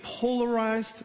polarized